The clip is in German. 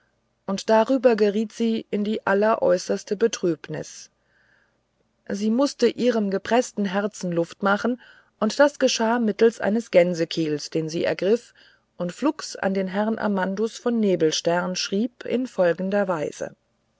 und darüber geriet sie in die alleräußerste betrübnis sie mußte ihrem gepreßten herzen luft machen und das geschah mittelst eines gänsekiels den sie ergriff und flugs an den herrn amandus von nebelstern schrieb in folgender weise